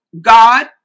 God